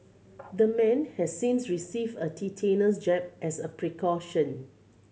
the man has since received a tetanus jab as a precaution